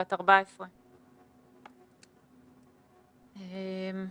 היא בת 14. יובל,